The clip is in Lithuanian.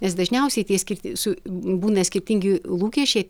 nes dažniausiai tie skirti su būna skirtingi lūkesčiai